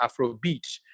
Afrobeat